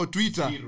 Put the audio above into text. Twitter